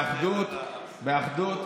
בבריאות, באחדות.